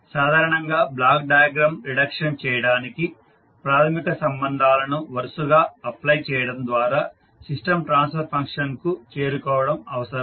సాధారణంగా block diagram reduction చేయడానికి ప్రాథమిక సంబంధాలను వరుసగా అప్లై చేయడం ద్వారా సిస్టం ట్రాన్స్ఫర్ ఫంక్షన్కు చేరుకోవడం అవసరం